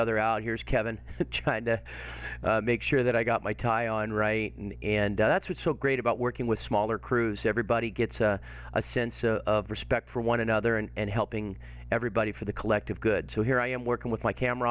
other out here's kevin to china make sure that i got my tie on right now and that's what's so great about working with smaller crews everybody gets a sense of respect for one another and helping everybody for the collective good so here i am working with my camera